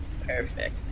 Perfect